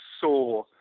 Saw